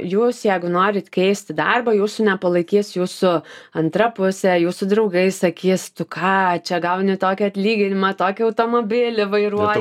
jūs jegu norit keisti darbą jūsų nepalaikys jūsų antra pusė jūsų draugai sakys tu ką čia gauni tokį atlyginimą tokį automobilį vairuoji